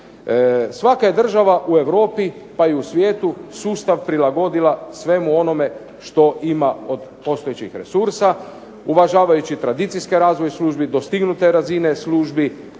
Svaka je država u Europi, pa i u svijetu sustav prilagodila svemu onome što ima od postojećih resursa uvažavajući tradicijski razvoj službi dostignute razine službi,